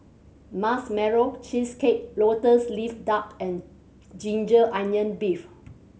Marshmallow Cheesecake Lotus Leaf Duck and ginger onion beef